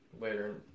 later